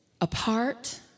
apart